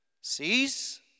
sees